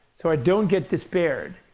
so i don't get despaired.